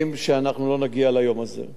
החוק הגיע בסופו של דבר,